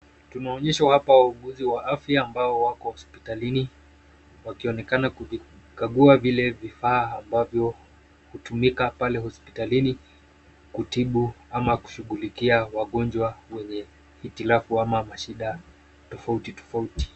Tunaonyeshwa hapa wauguzi wa afya ambao wako hospitalini wakionekana kuzikagua zile vifaa ambavyo hutumika pale hospitalini kutibu ama kushughulikia wagonjwa wenye hitilafu ama mashida tofauti.